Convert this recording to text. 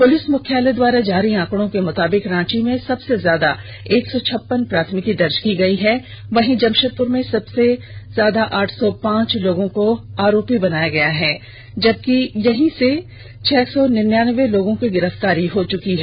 police मुख्यालय द्वारा जारी आंकड़ों को मुताबिक रांची में सबसे ज्यादा एक सौ छप्पन प्राथमिकी दर्जे की गई है वहीं जमशेदप्र में सबसे ज्यादा आठ सौ पांच लोगों को आरोपी बनाया गया है जबकि यहीं से सबसे ज्यादा छह सौ निन्यान्बे लोगों की गिरफ्तारी हो चुकी है